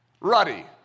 Ruddy